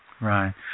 Right